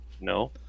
No